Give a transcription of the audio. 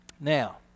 Now